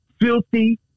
filthy